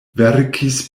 verkis